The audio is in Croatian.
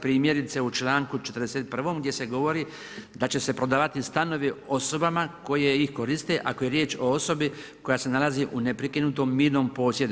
Primjerice u članku 41. gdje se govori da će se prodavati stanovi osobama koje ih koriste, ako je riječ o osobi koja se nalazi u neprekinutom mirnom posjedu.